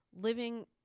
living